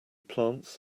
plants